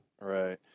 Right